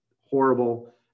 horrible